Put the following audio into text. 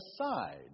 aside